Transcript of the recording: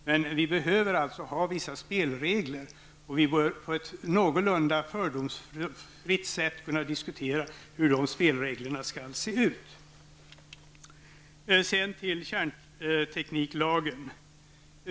Men vi behöver alltså ha vissa spelregler. Vi bör på ett någorlunda fördomsfritt sätt kunna diskutera hur dessa spelregler skall se ut. Sedan till kärntekniklagen.